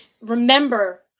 remember